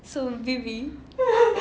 so vivi